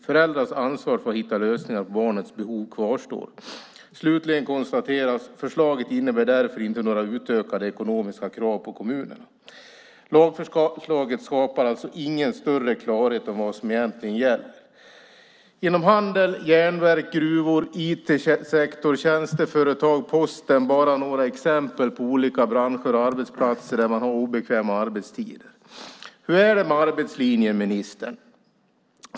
Föräldrars ansvar för att hitta lösningar när det gäller barnets behov kvarstår. Slutligen konstateras: Förslaget innebär därför inte några utökade ekonomiska krav på kommunerna. Lagförslaget skapar alltså ingen större klarhet om vad som egentligen gäller. Handeln, järnverk, gruvor, IT-sektorn, tjänsteföretag och posten är bara några exempel på olika branscher och arbetsplatser där man har obekväma arbetstider. Hur är det med arbetslinjen, ministern?